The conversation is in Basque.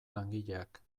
langileak